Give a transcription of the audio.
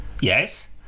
Yes